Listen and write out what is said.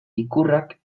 ikurrak